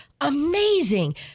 amazing